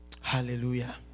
Hallelujah